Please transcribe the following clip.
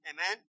Amen